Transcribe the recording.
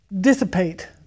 dissipate